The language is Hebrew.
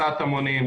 הסעת המונים,